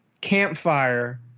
campfire